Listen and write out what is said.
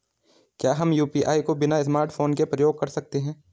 क्या हम यु.पी.आई को बिना स्मार्टफ़ोन के प्रयोग कर सकते हैं?